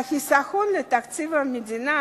החיסכון לתקציב המדינה,